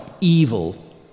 evil